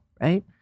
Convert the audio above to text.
right